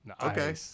Okay